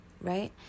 right